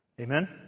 Amen